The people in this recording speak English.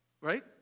right